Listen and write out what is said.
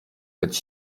być